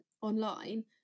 online